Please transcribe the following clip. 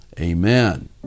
Amen